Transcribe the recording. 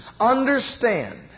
understand